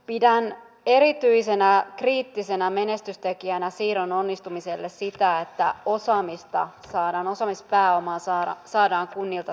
pidän erityisenä kriittisenä menestystekijänä siirron onnistumiselle sitä että saadaan osaamispääomaa kunnilta siirtymään kelaan